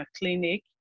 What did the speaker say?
clinic